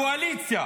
הקואליציה